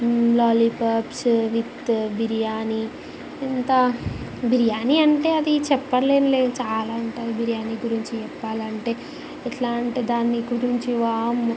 lollipops with biryani ఇంకా బిర్యానీ అంటే అది చెప్పారలేనులే చాలా ఉంటాయి బిర్యానీ గురించి చెప్పాలంటే ఎట్లా అంటే దాన్ని గురించి వామ్మో